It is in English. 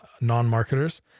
non-marketers